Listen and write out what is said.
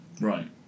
Right